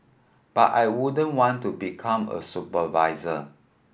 but I wouldn't want to become a supervisor